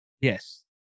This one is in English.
Yes